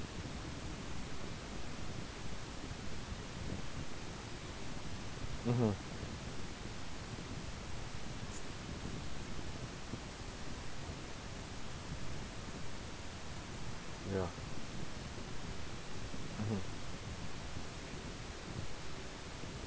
mmhmm ya mmhmm